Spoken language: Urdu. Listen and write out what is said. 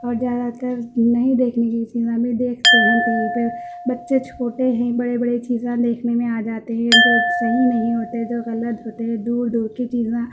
اور زیادہ تر نہیں دیکھنے کی چیزیں بھی دیکھتے ہیں ٹی وی پہ بچے چھوٹے ہیں بڑے بڑے چیزیں دیکھنے میں آ جاتے ہیں جو صحیح نہیں ہوتے جو غلط ہوتے ہیں دور دور کی چیزیں